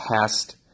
past